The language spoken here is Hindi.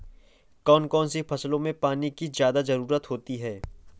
कौन कौन सी फसलों में पानी की ज्यादा ज़रुरत होती है?